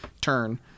turn